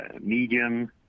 medium